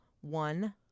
one